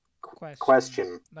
question